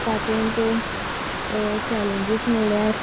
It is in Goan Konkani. तातूंत चॅलेंजीस म्हल्यार